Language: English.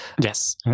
Yes